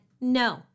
no